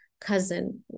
cousin